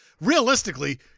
Realistically